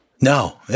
No